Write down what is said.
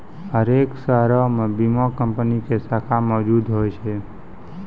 हरेक शहरो मे बीमा कंपनी के शाखा मौजुद होय छै